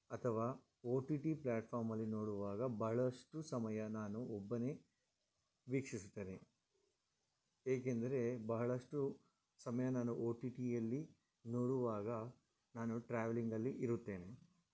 ಅಥವಾ ಒಟಿಟಿ ಪ್ಲ್ಯಾಟ್ಫಾರ್ಮಲಿ ನೋಡುವಾಗ ಬಹಳಷ್ಟು ಸಮಯ ನಾನು ಒಬ್ಬನೇ ವೀಕ್ಷಿಸುತ್ತೇನೆ ಏಕೆಂದರೆ ಬಹಳಷ್ಟು ಸಮಯ ನಾನು ಒಟಿಟಿಯಲ್ಲಿ ನೋಡುವಾಗ ನಾನು ಟ್ರಾವೆಲಿಂಗಲ್ಲಿ ಇರುತ್ತೇನೆ